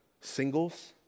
Singles